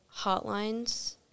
hotlines